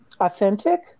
authentic